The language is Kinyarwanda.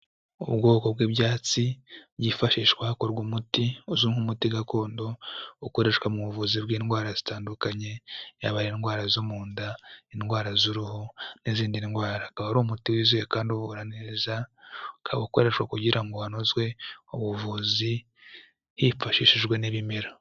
Ubwoko bw'ibyatsi byifashishwa hakorwa umuti uzwi nk'umuti gakondo ukoreshwa mu buvuzi bw'indwara zitandukanye yaba ari indwara zo mu nda, indwara z'uruhu n'izindi. Akaba ari umuti wizewe kandi uvura neza, ukaba ukoreshwa kugira ngo hanozwe ubuvuzi hifashishijwe n'ibimera.